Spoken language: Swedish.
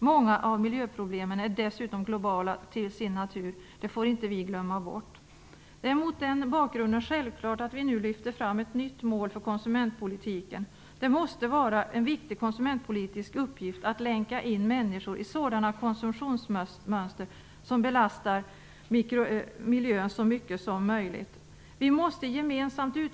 Många av miljöproblemen är dessutom globala till sin natur. Det får vi inte glömma bort. Det är mot den bakgrunden självklart att vi nu lyfter fram ett nytt mål för konsumentpolitiken. Det måste vara en viktig konsumentpolitisk uppgift att länka in människor i sådana konsumtionsmönster som belastar miljön så litet som möjligt.